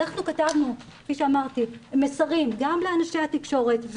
אנחנו כתבנו כפי שאמרתי מסרים גם לאנשי התקשורת,